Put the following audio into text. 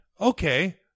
okay